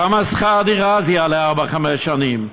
כמה שכר דירה זה יעלה, ארבע-חמש שנים?